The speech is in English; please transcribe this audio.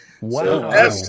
Wow